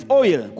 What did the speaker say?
oil